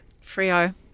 Frio